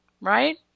right